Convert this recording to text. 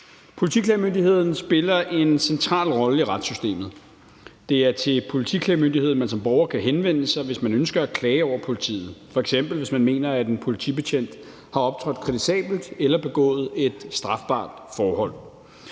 Politiklagemyndigheden spiller en central rolle i retssystemet. Det er til Politiklagemyndigheden, man som borger kan henvende sig, hvis man ønsker at klage over politiet, f.eks. hvis man mener, at en politibetjent har optrådt kritisabelt eller begået et strafbart forhold.